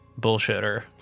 bullshitter